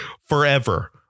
forever